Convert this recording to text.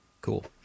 cool